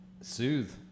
soothe